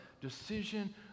decision